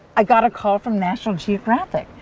i got a call from national geographic.